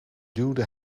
duwde